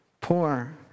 poor